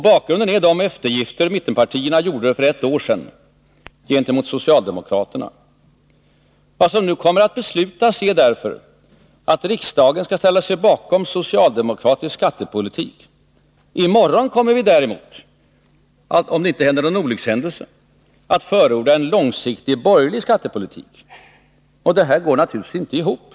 Bakgrunden är de eftergifter som mittenpartierna gjorde för ett år sedan gentemot socialdemokraterna. Vad som nu kommer att beslutas är därför att riksdagen skall ställa sig bakom socialdemokratisk skattepolitik. I morgon kommer vi däremot att — om det inte inträffar någon olyckshändelse — förorda en långsiktig borgerlig skattepolitik. Det här går naturligtvis inte ihop.